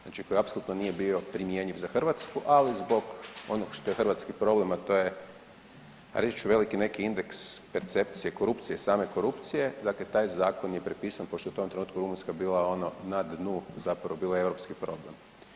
Znači koji apsolutno nije bio primjenjiv za Hrvatsku, ali zbog ono što je hrvatski problem, a to je reći ću veliki neki indeks percepcije korupcije, same korupcije, dakle taj zakon je prepisan pošto je u tom trenutku Rumunjska bila ono na dnu zapravo bila je europski problem.